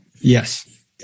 Yes